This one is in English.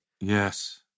Yes